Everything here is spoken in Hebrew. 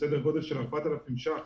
סדר גודל של 4,000 ש"ח,